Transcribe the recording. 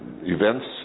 events